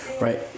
right